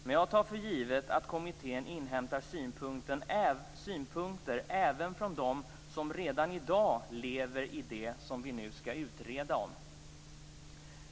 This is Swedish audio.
Men jag tar för givet att kommittén inhämtar synpunkter även från dem som redan i dag lever i det som vi nu skall utreda.